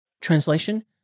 Translation